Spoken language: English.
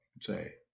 say